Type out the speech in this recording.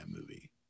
movie